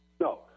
no